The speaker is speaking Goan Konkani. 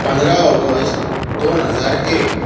पंदरा ऑगस्ट दोन हजार एक